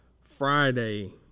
Friday